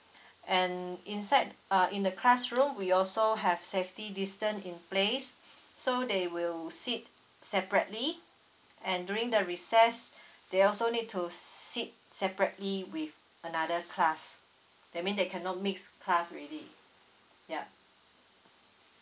and inside uh in the classroom we also have safety distance in place so they will sit separately and during the recess they also need to sit separately with another class that means they cannot mix class already yeah